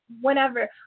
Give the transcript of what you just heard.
whenever